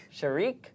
Sharik